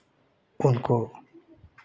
उनको